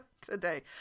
today